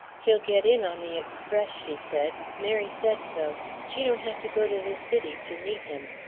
he'll get in on the express, she said mary said so. she don't have to go to the city to meet him.